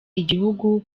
igihugu